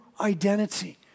identity